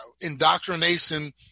indoctrination